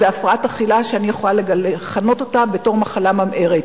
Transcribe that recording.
זו הפרעת אכילה שאני יכולה לכנות אותה מחלה ממארת.